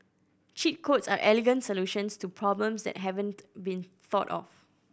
cheat codes are elegant solutions to problems that haven't been thought of